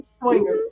Swinger